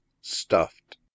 stuffed